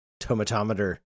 tomatometer